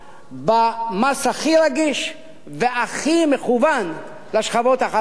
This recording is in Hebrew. במס הכי רגיש והכי מכוון לשכבות החלשות.